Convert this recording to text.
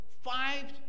Five